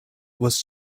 was